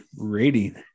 rating